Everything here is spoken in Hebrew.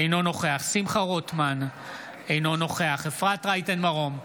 אינו נוכח שמחה רוטמן, אינו נוכח אפרת רייטן מרום,